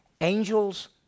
Angels